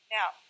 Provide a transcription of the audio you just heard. Now